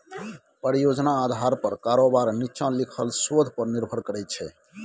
परियोजना आधार पर कारोबार नीच्चां लिखल शोध पर निर्भर करै छै